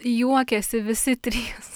juokiasi visi trys